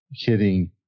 hitting